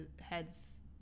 heads